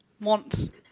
want